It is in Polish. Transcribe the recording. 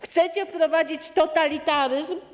Chcecie wprowadzić totalitaryzm?